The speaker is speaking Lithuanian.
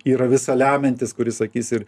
yra visa lemiantis kuris sakys ir